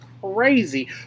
crazy